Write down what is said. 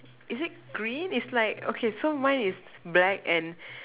is it green it's like okay so mine is black and